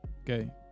Okay